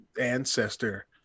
ancestor